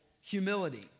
humility